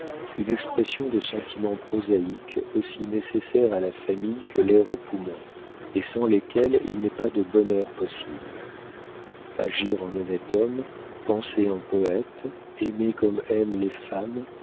une expression de sentiments prosaïques aussi nécessaires à la famille que l'air au poumon et sans lesquels il n'est pas de bonheur possible agir en honnête homme penser en poëte aimer comme aiment les femmes